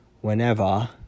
whenever